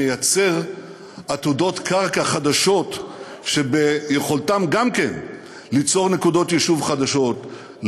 מייצר עתודות קרקע חדשות שביכולתן גם כן ליצור נקודות יישוב חדשות,